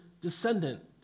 descendant